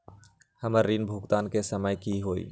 हमर ऋण भुगतान के समय कि होई?